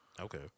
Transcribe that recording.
Okay